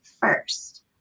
first